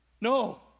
No